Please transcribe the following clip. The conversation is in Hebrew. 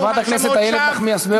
חברת הכנסת איילת נחמיאס ורבין.